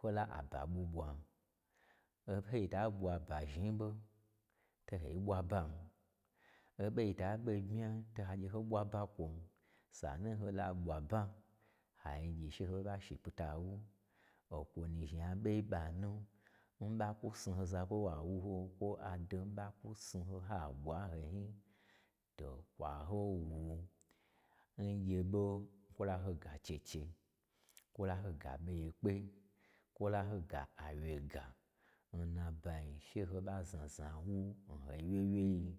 hola a ba ɓwu ɓwa. Hota ɓwa ba zhni-i ɓon, to hoi ɓwa ban. Oɓon ta ɓen a bmya to hoi bwa ba n kwon, sanun ho la ɓwa ba hain gye she ho ɓa shi pita n wu, okwo nu zhni a ɓoi n ɓa nu, n ɓa kwa snu ho zakwoi wa wuho, kwo ada n ɓa kwu snuho ha ɓwa n ho nyi, to kwa ho wu n gye ɓon kwo la ho ga cheche, kwo la ho ga ɓo yekpe, kwo la hoga awyega, n nabayi she ho ɓa znazna n wun ho wyewyei yi.